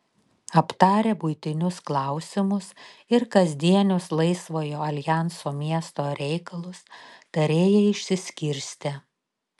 aptarę buitinius klausimus ir kasdienius laisvojo aljanso miesto reikalus tarėjai išsiskirstė